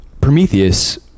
Prometheus